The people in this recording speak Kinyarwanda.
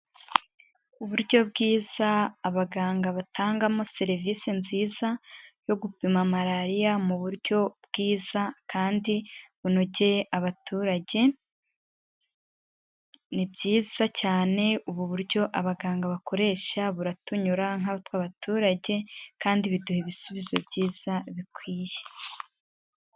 Uburyo bwiza abaganga batangamo serivisi nziza yo gupima malariya mu buryo bwiza kandi bunogeye abaturage, ni byiza cyane, ubu buryo abaganga bakoresha buratunyura nkatwe abaturage, kandi biduha ibisubizo byiza bikwiye.